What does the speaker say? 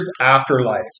Afterlife